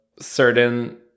certain